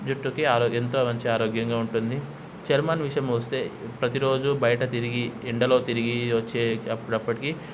జుట్టుకి ఆరో ఎంతో మంచి ఆరోగ్యంగా ఉంటుంది చర్మం విషయం వస్తే ప్రతిరోజు బయట తిరిగి ఎండలో తిరిగి వచ్చే అప్పుడప్పుడుకి